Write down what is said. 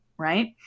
right